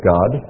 God